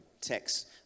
text